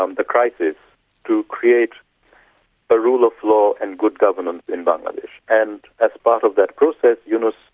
um the crisis to create a rule of law and good governance in bangladesh. and as part of that process, yunus